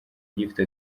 gifite